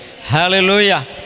Hallelujah